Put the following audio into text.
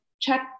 check